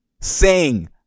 Sing